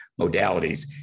modalities